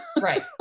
Right